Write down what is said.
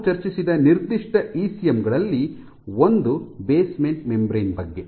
ನಾವು ಚರ್ಚಿಸಿದ ನಿರ್ದಿಷ್ಟ ಇಸಿಎಂ ಗಳಲ್ಲಿ ಒಂದು ಬೇಸ್ಮೆಂಟ್ ಮೆಂಬರೇನ್ ಬಗ್ಗೆ